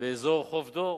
באזור חוף דור.